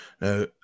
Now